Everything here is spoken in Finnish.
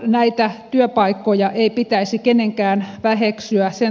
näitä työpaikkoja ei pitäisi kenenkään väheksyä